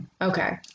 Okay